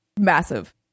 massive